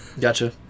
Gotcha